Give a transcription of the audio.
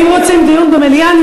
האם רוצים דיון במליאה?